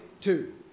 two